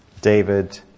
David